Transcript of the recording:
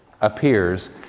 appears